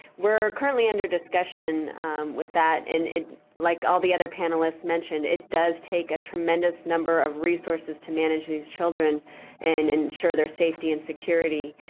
we're currently under discussion with that and like all the other panelists mentioned, it does take a tremendous number of resources to manage these children and ensure their safety and security.